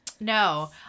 No